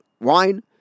wine